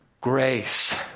grace